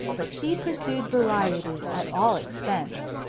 but she pursued variety at all expense,